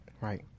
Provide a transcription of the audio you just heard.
Right